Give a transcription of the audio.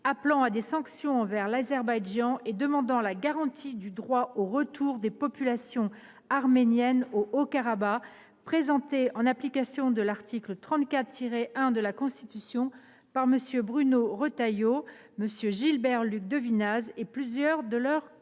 appelant à des sanctions envers l’Azerbaïdjan et demandant la garantie du droit au retour des populations arméniennes au Haut Karabagh, présentée, en application de l’article 34 1 de la Constitution, par MM. Bruno Retailleau, Gilbert Luc Devinaz et plusieurs de leurs collègues